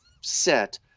set